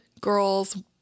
girls